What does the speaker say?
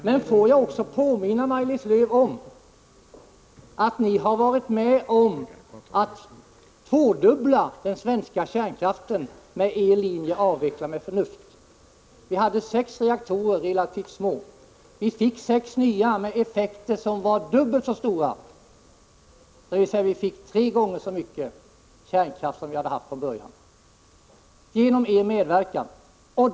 Men jag vill också påminna Maj-Lis Lööw om att ni varit med om att dubblera den svenska kärnkraften med er linje ”avveckla med förnuft”. Vi hade förut sex relativt små reaktorer. Sedan fick vi sex nya med effekter som var dubbelt så stora. Det innebar att vi fick tre gånger så mycket kärnkraft som vi hade från början — genom er medverkan.